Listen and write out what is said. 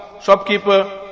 shopkeeper